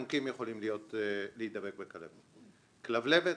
היום 20 בנובמבר 2018, י"ב בכסלו התשע"ט.